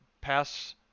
pass